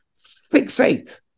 fixate